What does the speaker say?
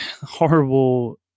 horrible